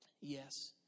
Yes